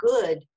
good